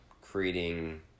creating